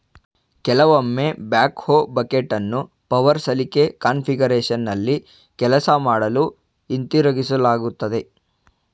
ಕೆಲವೊಮ್ಮೆ ಬ್ಯಾಕ್ಹೋ ಬಕೆಟನ್ನು ಪವರ್ ಸಲಿಕೆ ಕಾನ್ಫಿಗರೇಶನ್ನಲ್ಲಿ ಕೆಲಸ ಮಾಡಲು ಹಿಂತಿರುಗಿಸಲಾಗ್ತದೆ